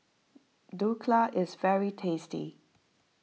Dhokla is very tasty